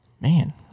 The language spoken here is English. man